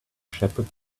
shepherd